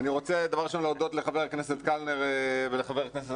אני רוצה להודות לחבר הכנסת קלנר ולחבר הכנסת